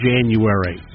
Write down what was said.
January